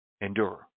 Endure